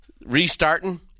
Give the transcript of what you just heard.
restarting